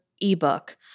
ebook